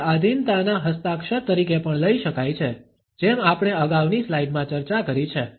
તેને આધીનતાના હસ્તાક્ષર તરીકે પણ લઈ શકાય છે જેમ આપણે અગાઉની સ્લાઈડમાં ચર્ચા કરી છે